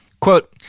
Quote